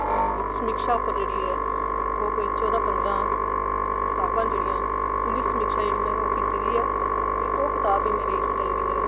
समीक्षा पर जेह्ड़ी ऐ ओह् कोई चौह्दां पंदरां कताबां न जेह्डियां न उं'दी समीक्षा जेह्ड़ी ऐ ओह् में कीती दी ऐ ते ओह् कताब मेरी इसलै जेह्ड़ी ऐ